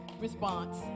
Response